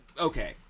okay